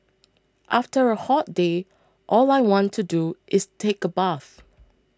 after a hot day all I want to do is take a bath